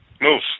Move